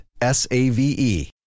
S-A-V-E